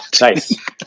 Nice